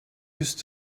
used